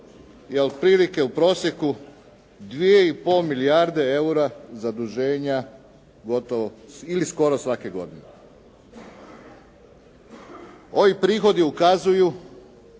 je otprilike u prosjeku 2,5 milijarde eura zaduženja gotovo ili skoro svake godine. Ovi prihodi ukazuju